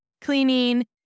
cleaning